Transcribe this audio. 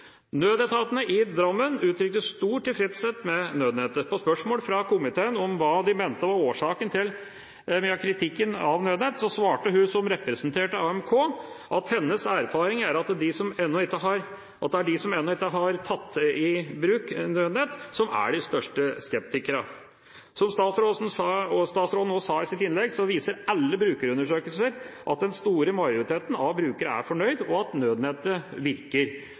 Nødetatene i Drammen uttrykte stor tilfredshet med nødnettet. På spørsmål fra komiteen om hva de mente var årsaken til mye av kritikken av Nødnett, svarte hun som representerte AMK, at hennes erfaring er at det er de som ennå ikke har tatt i bruk Nødnett, som er de største skeptikerne. Som statsråden også sa i sitt innlegg, viser alle brukerundersøkelser at den store majoriteten av brukere er fornøyd, og at nødnettet virker.